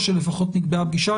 או שלפחות נקבעה פגישה.